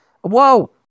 Whoa